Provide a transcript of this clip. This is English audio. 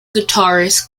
guitarist